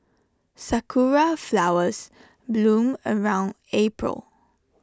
Sakura Flowers bloom around April